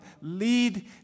lead